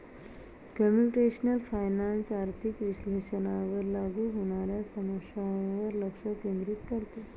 computational finance आर्थिक विश्लेषणावर लागू होणाऱ्या समस्यांवर लक्ष केंद्रित करते